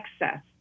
excess